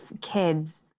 kids